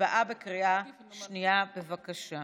הצבעה בקריאה שנייה, בבקשה.